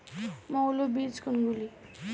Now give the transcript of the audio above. মৌল বীজ কোনগুলি?